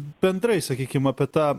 bendrai sakykim apie tą